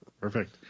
Perfect